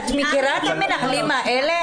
את מכירה את המנהלים האלה?